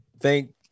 thank